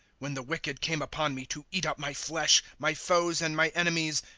when the wicked came upon me to eat up my flesh, my foes and my enemies,